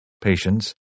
patience